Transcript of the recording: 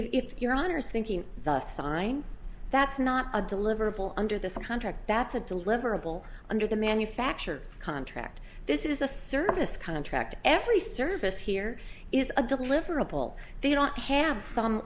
isn't if your honour's thinking the sign that's not a deliverable under this contract that's a deliverable under the manufacture contract this is a service contract every service here is a deliverable they don't have some